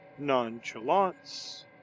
NONCHALANCE